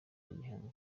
gihanga